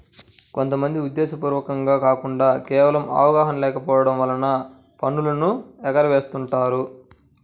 కొంత మంది ఉద్దేశ్యపూర్వకంగా కాకుండా కేవలం అవగాహన లేకపోవడం వలన పన్నులను ఎగవేస్తుంటారు